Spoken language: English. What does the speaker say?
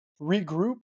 regroup